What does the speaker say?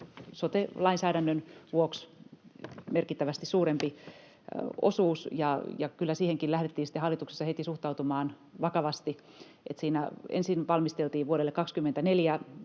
sote-lainsäädännön vuoksi merkittävästi suurempi osuus. Kyllä siihenkin lähdettiin sitten hallituksessa heti suhtautumaan vakavasti. Ensin valmisteltiin ratkaisu vuodelle 24,